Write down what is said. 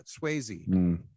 Swayze